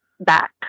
back